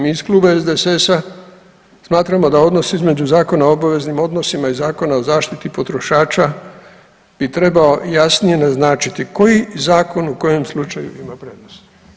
Mi iz kluba SDSS-a smatramo da odnos između Zakona o obaveznim odnosima i Zakona o zaštiti potrošača bi trebao jasnije naznačiti koji zakon u kojem slučaju ima prednost.